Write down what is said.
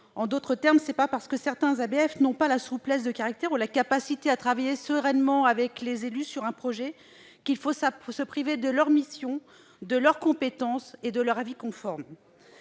En d'autres termes, ce n'est pas parce que certains ABF n'ont pas la souplesse de caractère ou la capacité de travailler sereinement avec les élus sur un projet, qu'il faut se priver de leur mission, de leur compétence et de leur avis conforme.